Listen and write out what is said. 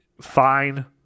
fine